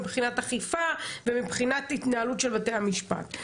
מבחינת אכיפה ומבחינת התנהלות של בתי המשפט.